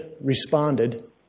responded